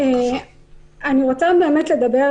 אני רוצה באמת לדבר